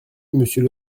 monsieur